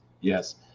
Yes